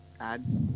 ads